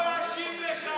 אנחנו פה להשיב לך.